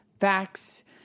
Facts